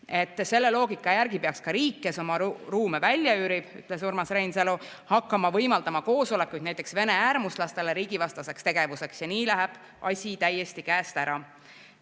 Selle loogika järgi peaks ka riik, kes oma ruume välja üürib, ütles Urmas Reinsalu, hakkama võimaldama koosolekuruume näiteks Vene äärmuslastele riigivastaseks tegevuseks, ja nii läheb asi täiesti käest ära.